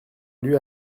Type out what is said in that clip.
lieu